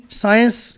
science